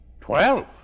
Twelve